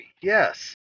yes